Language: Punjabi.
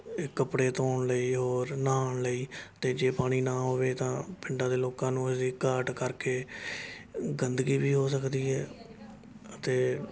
ਇਹ ਕੱਪੜੇ ਧੋਣ ਲਈ ਹੋਰ ਨਹਾਉਣ ਲਈ ਅਤੇ ਜੇ ਪਾਣੀ ਨਾ ਹੋਵੇ ਤਾਂ ਪਿੰਡਾਂ ਦੇ ਲੋਕਾਂ ਨੂੰ ਇਸ ਦੀ ਘਾਟ ਕਰਕੇ ਗੰਦਗੀ ਵੀ ਹੋ ਸਕਦੀ ਹੈ ਅਤੇ